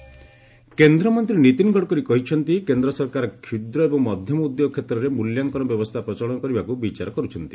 ଗଡ଼କରି କେନ୍ଦ୍ରମନ୍ତ୍ରୀ ନୀତିନ୍ ଗଡ଼କରି କହିଛନ୍ତି କେନ୍ଦ୍ର ସରକାର କ୍ଷୁଦ୍ର ଏବଂ ମଧ୍ୟମ ଉଦ୍ୟୋଗ କ୍ଷେତ୍ରରେ ମୂଲ୍ୟାଙ୍କନ ବ୍ୟବସ୍ଥା ପ୍ରଚଳନ କରିବାକୁ ବିଚାର କର୍ଚ୍ଛନ୍ତି